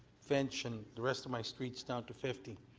finch and the rest of my streets down to fifty,